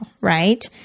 right